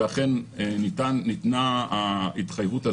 ואכן ניתנה ההתחייבות הזאת.